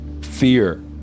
fear